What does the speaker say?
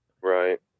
Right